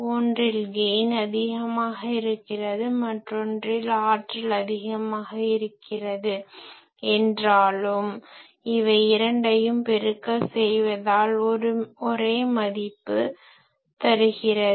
ஒன்றில் கெய்ன் அதிகமாக இருக்கிறது மற்றொன்றில் ஆற்றல் அதிகமாக இருக்கிறது என்றாலும் இவை இரண்டையும் பெருக்கல் செய்வதால் ஒரே மதிப்பு தருகிறது